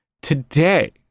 Today